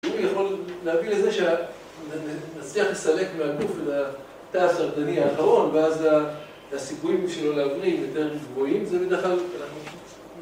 הוא יכול להביא לזה, שנצליח לסלק מהגוף את התא הסרטני האחרון ואז הסיכויים שלו להבריא יותר גבוהים, זה בדרך כלל...